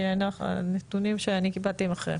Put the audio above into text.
כי הנתונים שאני קיבלתי הם אחרים.